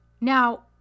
Now